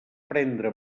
prendre